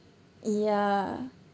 ya